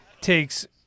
takes